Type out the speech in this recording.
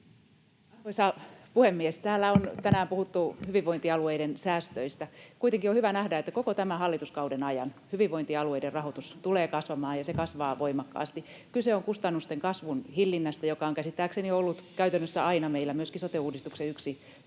Arvoisa puhemies! Täällä on tänään puhuttu hyvinvointialueiden säästöistä. Kuitenkin on hyvä nähdä, että koko tämän hallituskauden ajan hyvinvointialueiden rahoitus tulee kasvamaan ja se kasvaa voimakkaasti. Kyse on kustannusten kasvun hillinnästä, joka on käsittääkseni ollut meillä käytännössä aina myöskin sote-uudistuksen yksi tavoite,